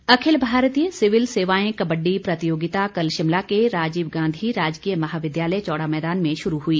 प्रतियोगिता अखिल भारतीय सिविल सेवाएं कब्बड़ी प्रतियोगिता कल शिमला के राजीव गांधी राजकीय महाविद्यालय चौड़ा मैदान में शुरू हुई